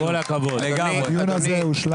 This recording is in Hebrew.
הדיון הזה הושלם.